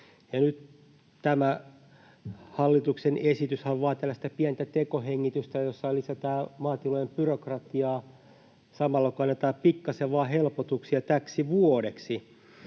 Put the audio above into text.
Tämä hallituksen esityshän on vain tällaista pientä tekohengitystä, jossa lisätään maatilojen byrokratiaa samalla, kun annetaan pikkasen vain helpotuksia täksi vuodeksi.